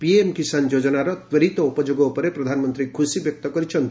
PM Kisan ଯୋଜନାର ତ୍ୱରିତ ଉପଯୋଗ ଉପରେ ପ୍ରଧାନମନ୍ତ୍ରୀ ଖୁସି ବ୍ୟକ୍ତ କରିଛନ୍ତି